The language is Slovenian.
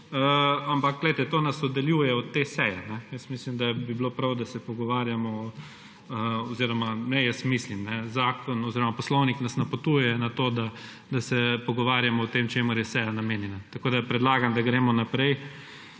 Ampak glejte, to nas oddaljuje od te seje. Jaz mislim, da bi bilo prav, da se pogovarjamo, oziroma ne jaz mislim, poslovnik nas napotuje na to, da se pogovarjamo o tem, čemur je seja namenjena. Tako, da predlagam, da gremo naprej